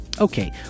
okay